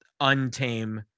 untame